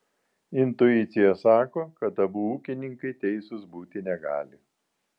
intuicija sako kad abu ūkininkai teisūs būti negali